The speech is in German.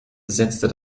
setzte